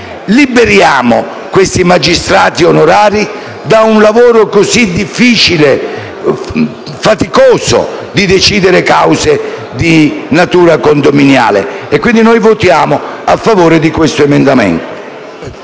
Liberiamo i magistrati onorari da un compito, così difficile e faticoso, di decidere su cause di natura condominiale. Per questo noi votiamo a favore di questo emendamento.